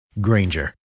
Granger